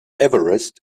everest